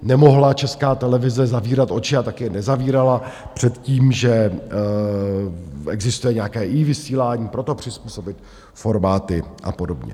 Nemohla Česká televize zavírat oči, a taky je nezavírala, před tím, že existuje nějaké iVysílání, proto přizpůsobit formáty a podobně.